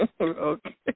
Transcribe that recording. Okay